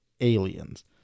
aliens